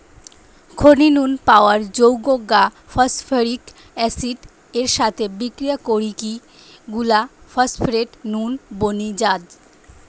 খনি নু পাওয়া যৌগ গা ফস্ফরিক অ্যাসিড এর সাথে বিক্রিয়া করিকি গুলা ফস্ফেট নুন বনি যায়